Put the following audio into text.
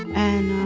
and,